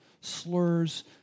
slurs